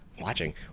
watching